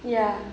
ya